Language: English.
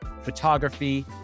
photography